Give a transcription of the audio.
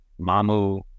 Mamu